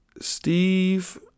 Steve